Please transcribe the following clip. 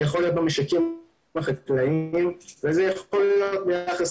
זה יכול להיות במשקים החקלאיים וזה יכול להיות גם ביחס